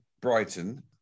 Brighton